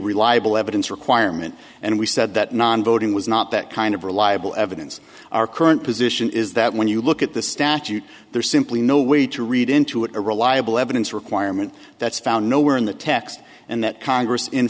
reliable evidence requirement and we said that non voting was not that kind of reliable evidence our current position is that when you look at the statute there's simply no way to read into it a reliable evidence requirement that's found nowhere in the text and that congress in